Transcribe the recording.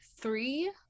three